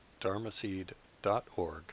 dharmaseed.org